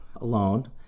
alone